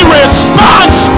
response